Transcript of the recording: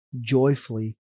joyfully